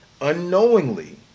unknowingly